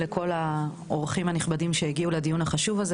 ברוכים הבאים לכל האורחים הנכבדים שהגיעו לדיון החשוב הזה.